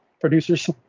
producers